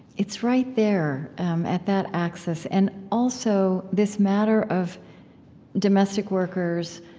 it's right there at that axis. and also, this matter of domestic workers,